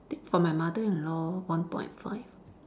think for my mother-in-law one point five